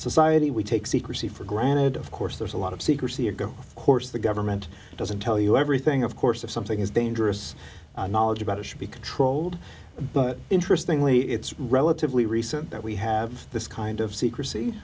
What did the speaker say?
society we take secrecy for granted of course there's a lot of secrecy ago course the government doesn't tell you everything of course if something is dangerous knowledge about it should be controlled but interestingly it's relatively recent that we have this kind of secrecy